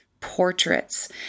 portraits